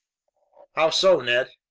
how so, ned?